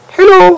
Hello